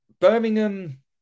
Birmingham